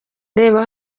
reba